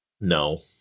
No